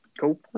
cool